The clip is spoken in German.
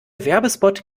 werbespot